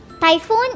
Typhoon